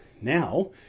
now